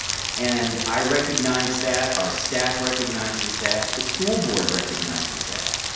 and i recognize that, our staff recognizes that. the school board recognizes that.